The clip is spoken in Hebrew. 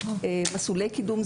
מסלולי קידום.